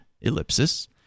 ellipsis